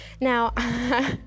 Now